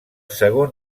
segon